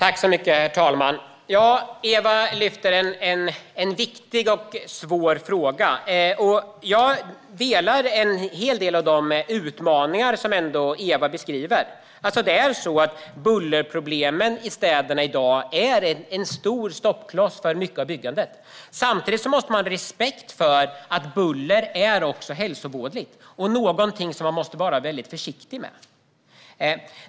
Herr talman! Ewa lyfte en viktig och svår fråga. Jag instämmer i en hel del av de utmaningar som Ewa beskriver. Bullerproblemen i städerna är i dag en stor stoppkloss för mycket av byggandet. Samtidigt måste man ha respekt för att buller också är hälsovådligt och någonting som man måste vara väldigt försiktig med.